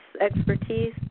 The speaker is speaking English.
expertise